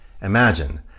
Imagine